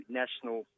national